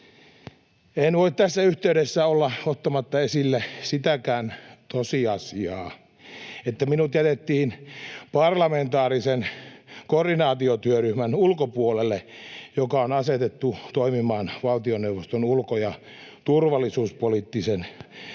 En voi tässä yhteydessä olla ottamatta esille sitäkään tosiasiaa, että minut jätettiin parlamentaarisen koordinaatiotyöryhmän ulkopuolelle, joka on asetettu toimimaan valtioneuvoston ulko- ja turvallisuuspoliittisen